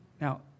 Now